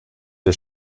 der